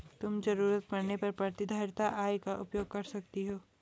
तुम ज़रूरत पड़ने पर प्रतिधारित आय का उपयोग कर सकती हो